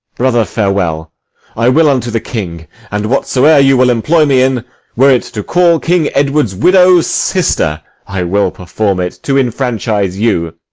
brother, farewell i will unto the king and whatsoe'er you will employ me in were it to call king edward's widow sister i will perform it to enfranchise you.